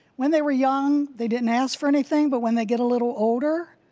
when they were young, they didn't ask for anything, but when they get a little older,